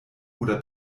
oder